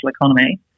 economy